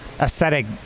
aesthetic